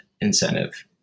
incentive